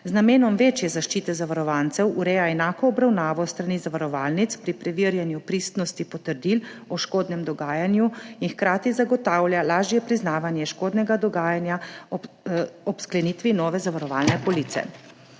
Z namenom večje zaščite zavarovancev ureja enako obravnavo s strani zavarovalnic pri preverjanju pristnosti potrdil o škodnem dogajanju in hkrati zagotavlja lažje priznavanje škodnega dogajanja ob sklenitvi nove zavarovalne police.